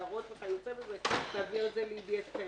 הערות וכיוצא בזה תעביר את זה לידיעתכם.